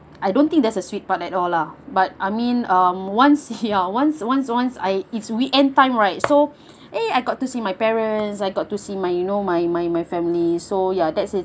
I don't think there's a sweet part at all lah but I mean um once ya once once I it's we end time right so eh I got to see my parents I got to see my you know my my my family so ya that's it